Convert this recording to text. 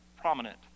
prominent